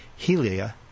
Helia